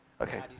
Okay